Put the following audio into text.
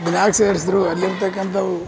ಅದನ್ನು ಯಾಕೆ ಸೇರಿಸ್ರು ಅಲ್ಲಿರ್ತಕಂಥವು